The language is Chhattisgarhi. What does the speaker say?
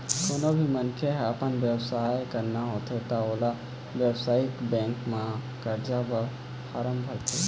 कोनो भी मनखे ल अपन बेवसाय करना होथे त ओला बेवसायिक बेंक म करजा बर फारम भरथे